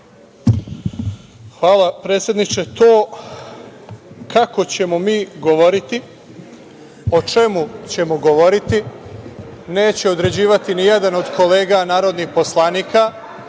Hvala predsedniče. To kako ćemo mi govoriti, o čemu ćemo govoriti neće određivati nijedan od kolega narodnih poslanika,